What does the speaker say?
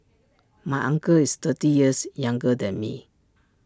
my uncle is thirty years younger than me